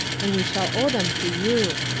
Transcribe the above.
and we shall owe them to you.